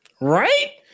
Right